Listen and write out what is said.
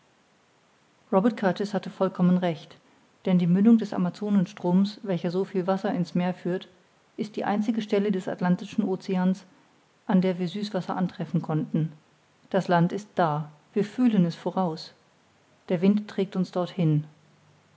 robert kurtis hatte vollkommen recht denn die mündung des amazonenstromes welcher so viel wasser in's meer führt ist die einzige stelle des atlantischen oceans an der wir süßwasser antreffen konnten das land ist da wir fühlen es voraus der wind trägt uns dorthin